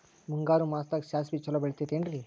ಮುಂಗಾರು ಮಾಸದಾಗ ಸಾಸ್ವಿ ಛಲೋ ಬೆಳಿತೈತೇನ್ರಿ?